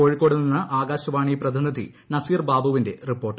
കോഴിക്കോട് നിന്ന് ആകാശവാണി പ്രതിനിധി നസീർബാബുവിന്റെ റിപ്പോർട്ട്